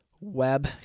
Web